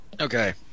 Okay